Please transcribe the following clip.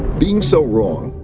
being so wrong,